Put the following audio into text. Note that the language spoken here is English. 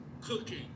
cooking